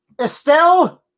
Estelle